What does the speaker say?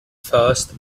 first